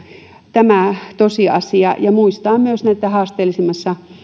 tämä tosiasia ja muistaa myös haasteellisimmissa